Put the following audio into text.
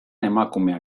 emakumeak